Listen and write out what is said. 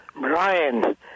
Brian